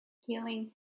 Healing